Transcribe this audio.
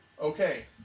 okay